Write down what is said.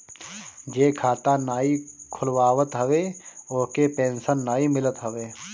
जे खाता नाइ खोलवावत हवे ओके पेंशन नाइ मिलत हवे